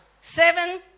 Seven